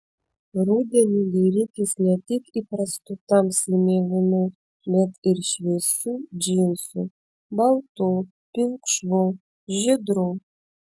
rudenį dairykis ne tik įprastų tamsiai mėlynų bet ir šviesių džinsų baltų pilkšvų žydrų